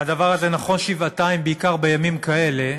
והדבר הזה נכון שבעתיים בעיקר בימים כאלה,